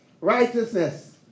Righteousness